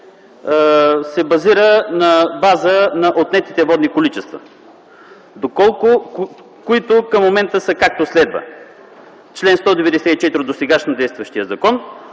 се базира на база на отнетите водни количества, които към момента са, както следва – чл. 194а от сега действащия закон: